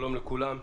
שלום לכולם,